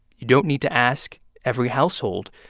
you don't need to ask every household,